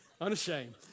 Unashamed